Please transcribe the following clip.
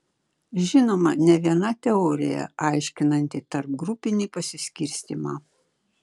žinoma ne viena teorija aiškinanti tarpgrupinį pasiskirstymą